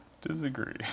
Disagree